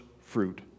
fruit